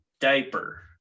diaper